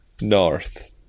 north